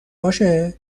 باشه